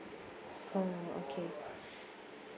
oh okay